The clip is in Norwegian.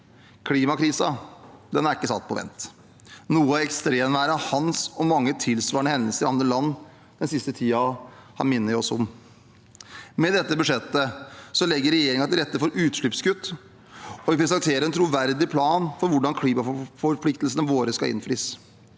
Klimakrisen er ikke satt på vent, noe ekstremværet «Hans» og mange tilsvarende hendelser i andre land den siste tiden har minnet oss om. Med dette budsjettet legger regjeringen til rette for utslippskutt, og vi presenterer en troverdig plan for hvordan klimaforpliktelsene våre skal innfris.